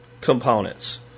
components